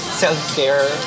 self-care